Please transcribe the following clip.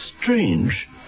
strange